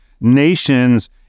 nations